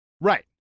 Right